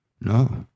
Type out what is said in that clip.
no